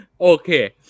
Okay